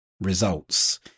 results